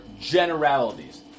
generalities